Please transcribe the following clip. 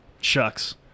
shucks